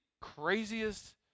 craziest